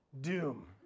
doom